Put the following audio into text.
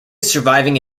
surviving